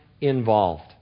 involved